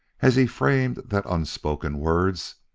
as he framed the unspoken words,